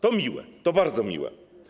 To miłe, to bardzo miłe.